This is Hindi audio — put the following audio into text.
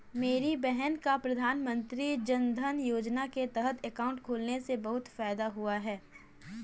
मेरी बहन का प्रधानमंत्री जनधन योजना के तहत अकाउंट खुलने से बहुत फायदा हुआ है